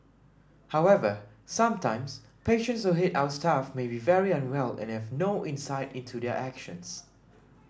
however sometimes patients who hit our staff may be very unwell and have no insight into their actions